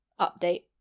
update